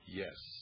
yes